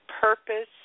purpose